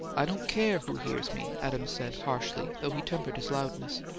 i don't care who hears me, adams said, harshly, though he tempered his loudness.